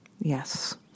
Yes